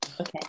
Okay